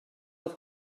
oedd